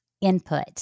input